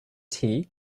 tea